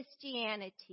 Christianity